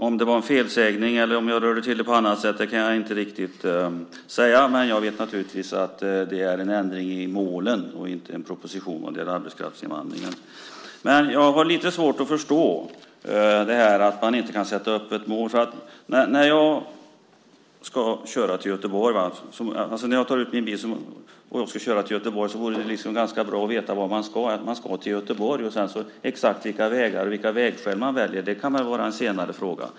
Om det var en felsägning eller om jag rörde till det på annat sätt kan jag inte riktigt säga, men jag vet naturligtvis att det är en ändring i målen och inte en proposition vad gäller arbetskraftsinvandringen. Men jag har lite svårt att förstå att man inte kan sätta upp ett mål. När jag tar ut min bil och ska köra till Göteborg är det bra att veta vart jag ska. Jag ska till Göteborg och exakt vilka vägar eller vägskäl jag väljer kan vara en senare fråga.